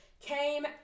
came